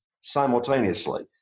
simultaneously